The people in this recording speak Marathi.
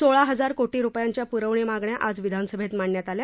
सोळा हजार कोटी रुपयांच्या पुरवणी मागण्या आज विधानसभेत मांडण्यात आल्या